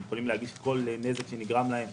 הם יכולים להגיש על כל נזק שנגרם להם.